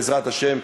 בעזרת השם,